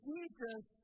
Jesus